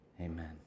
Amen